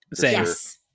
yes